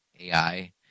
AI